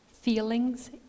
feelings